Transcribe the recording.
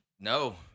No